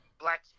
black